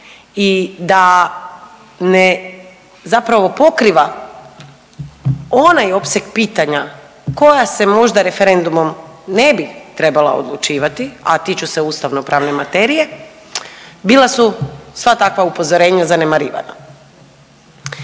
i da ne zapravo pokriva onaj opseg pitanja koja se možda referendumom ne bi trebala odlučivati, a tiču se ustavnopravne materije bila su sva takva upozorenja zanemarivana.